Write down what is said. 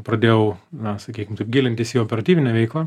pradėjau na sakykim taip gilintis į operatyvinę veiklą